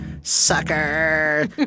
sucker